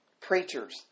preachers